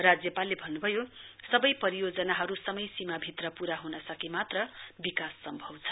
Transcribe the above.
राज्यपालले भन्नुभयो सबै परियोजनाहरु समयसीमाभित्र पूरा हुन सके मात्र बिकास सम्भब छ